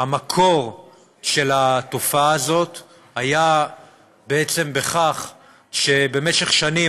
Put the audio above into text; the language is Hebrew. המקור של התופעה הזאת היה בעצם בכך שבמשך שנים